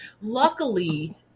luckily